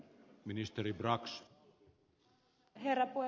arvoisa herra puhemies